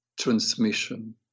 transmission